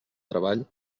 treball